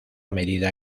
medida